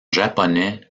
japonais